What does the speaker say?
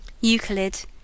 Euclid